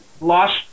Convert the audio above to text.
Lost